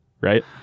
right